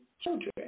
children